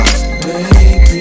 baby